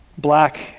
Black